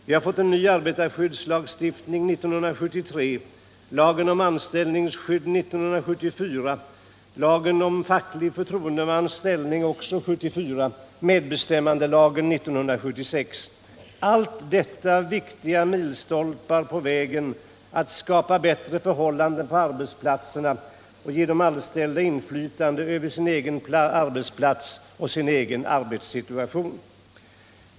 Vi har fått en ny arbetarskyddslagstiftning 1973, lagen om anställningsskydd 1974, lagen om facklig förtroendemans ställning också 1974 och medbestämmandelagen 1976 — viktiga milstolpar på vägen att skapa bättre förhållanden på arbetsplatserna och ge de anställda inflytande över sin egen arbetsplats och arbetssituation.